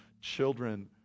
children